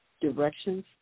directions